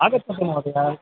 आगच्छतु महोदय